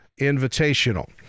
Invitational